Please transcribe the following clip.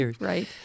Right